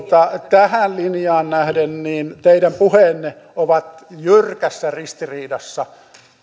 tähän linjaan nähden teidän puheenne ovat jyrkässä ristiriidassa